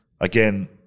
Again